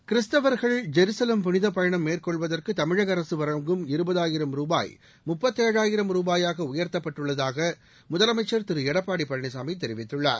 கிறிஸ்துவர்கள் ஜெருசலேம் புனித பயணம் மேற்கொள்வதற்கு தமிழக அரசு மானியமாக வழங்கும் இருபதாயிரம் ரூபாய் முப்பத்தேழாயிரம் ரூபாயாக உயர்த்தப்பட்டுள்ளதாக முதலமைச்சர் திரு எடப்பாடி பழனிசாமி தெரிவித்துள்ளார்